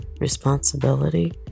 responsibility